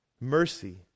Mercy